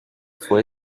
fue